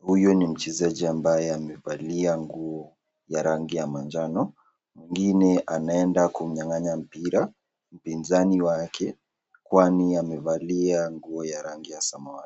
Huyo ni mchezaji ambaye amevalia nguo ya rangi ya manjano, mwingine anaenda kumnyang'anya mpira, mpinzani wake kwani amevalia nguo ya rangi ya samawati.